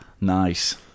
Nice